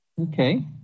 Okay